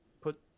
put